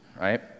Right